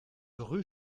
rue